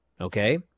okay